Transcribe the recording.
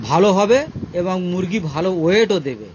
ভালো হবে এবং মুরগি ভালো ওয়েটও দেবে